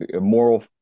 moral